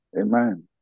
Amen